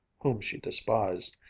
whom she despised,